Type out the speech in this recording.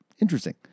Interesting